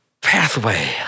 pathway